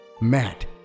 Matt